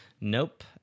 Nope